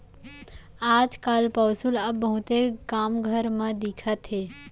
आज काल पौंसुल अब बहुते कम घर म दिखत हे